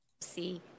See